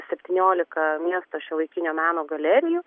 septyniolika miesto šiuolaikinio meno galerijų